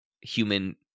human